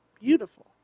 Beautiful